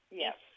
yes